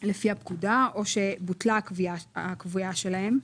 לפי הפקודה, או שבוטלה הקביעה שלהם.